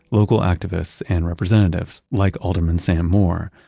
local activists, and representatives like alderman sam moore.